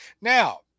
Now